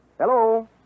Hello